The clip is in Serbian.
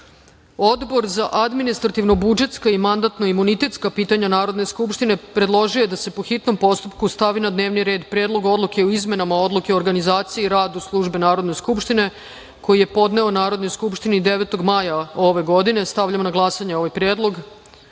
za administrativno-budžetska i mandatno-imunitetska pitanja Narodne skupštine predložio je da se, po hitnom postupku, stavi na dnevni red Predlog odluke o izmenama Odluke o organizaciji i radu službe Narodne skupštine, koji je podneo Narodne skupštine 9. maja ove godine. Stavljam na glasanje ovaj predlog. Molim